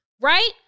Right